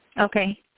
Okay